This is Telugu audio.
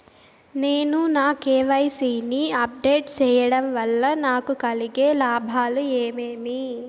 నేను నా కె.వై.సి ని అప్ డేట్ సేయడం వల్ల నాకు కలిగే లాభాలు ఏమేమీ?